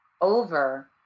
over